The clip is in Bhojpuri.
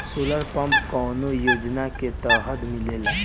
सोलर पम्प कौने योजना के तहत मिलेला?